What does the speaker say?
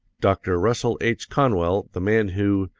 dr. russell h. conwell, the man who,